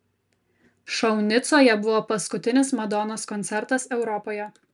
šou nicoje buvo paskutinis madonos koncertas europoje